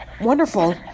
Wonderful